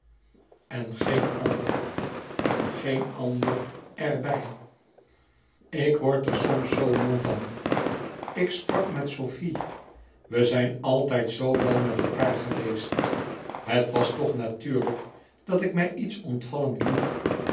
en geen ander en geen ander er bij ik word er soms zoo moê van ik sprak met sofie we zijn altijd zoo wel met elkaâr geweest het was toch natuurlijk dat ik mij iets ontvallen liet